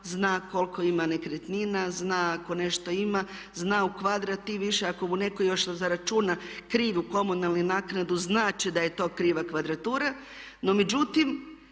zna koliko ima nekretnina, zna ako nešto ima, zna u kvadrat i više ako mu netko još zaračuna krivu komunalnu naknadu znat će da je to kriva kvadratura. No međutim,